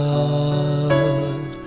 God